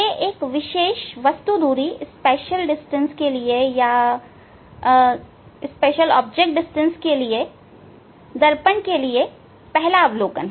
ये एक विशेष वस्तु दूरी के लिए दर्पण के लिए पहला अवलोकन हैं